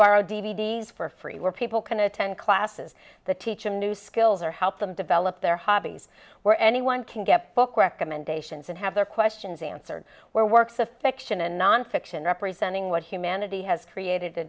borrow d v d s for free where people can attend classes that teach them new skills or help them develop their hobbies where anyone can get book recommendations and have their questions answered where works of fiction and nonfiction representing what humanity has created a